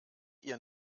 ihr